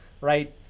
right